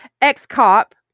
ex-cop